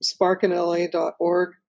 SparkinLA.org